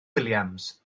williams